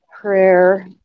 prayer